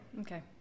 Okay